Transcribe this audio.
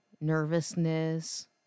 nervousness